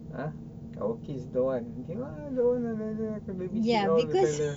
ah our kids don't want cannot ah don't want ah later babysit all the fella